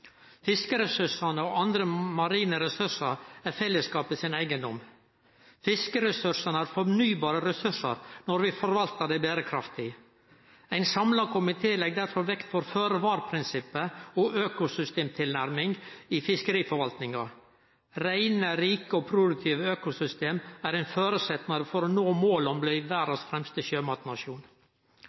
Fiskeressursane og andre marine ressursar er fellesskapet sin eigedom. Fiskeressursane er fornybare ressursar når vi forvaltar dei berekraftig. Ein samla komité legg derfor vekt på føre-var-prinsippet og økosystemtilnærming i fiskeriforvaltinga. Reine, rike og produktive økosystem er ein føresetnad for å nå måla om å bli verdas fremste sjømatnasjon.